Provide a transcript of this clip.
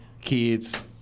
kids